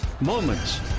moments